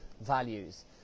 values